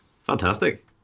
Fantastic